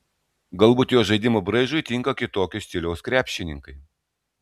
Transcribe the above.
galbūt jo žaidimo braižui tinka kitokio stiliaus krepšininkai